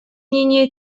мнение